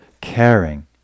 caring